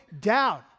down